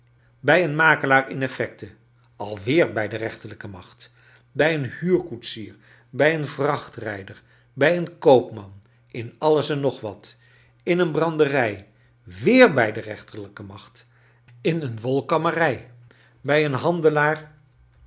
bij een makelaar in effecten alweer bij de rechterlijke macht bij een hunrkoetsier bij een vrachtrijder bij een koopman in alles en nog wat in een branderij weer bij de rechterlijke macht in een wolkammerij bij een handelaar